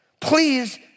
Please